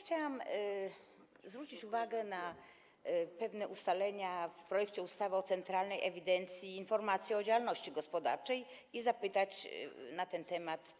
Chciałam zwrócić uwagę na pewne ustalenia w projekcie ustawy o Centralnej Ewidencji i Informacji o Działalności Gospodarczej i zapytać o ten temat